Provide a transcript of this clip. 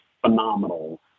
phenomenal